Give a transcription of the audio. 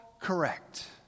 correct